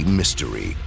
mystery